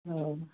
हँ